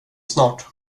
snart